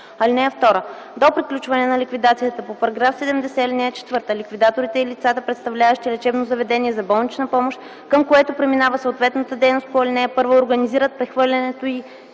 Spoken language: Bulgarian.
помощ. (2) До приключване на ликвидацията по § 70, ал. 4 ликвидаторите и лицата, представляващи лечебно заведение за болнична помощ, към което преминава съответната дейност по ал. 1, организират прехвърлянето й